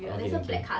okay okay